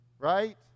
Right